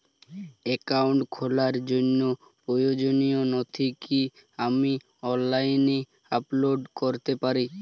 Account খোলার জন্য প্রয়োজনীয় নথি কি আমি অনলাইনে আপলোড করতে পারি?